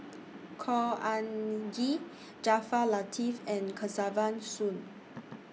Khor Ean Ghee Jaafar Latiff and Kesavan Soon